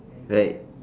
right